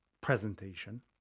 presentation